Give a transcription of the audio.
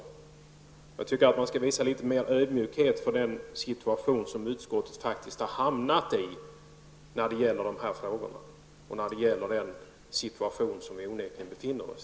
Jag tycker att man skall visa litet mer ödmjukhet för den situation som utskottet faktiskt har hamnat i när det gäller dessa frågor.